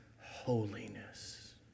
holiness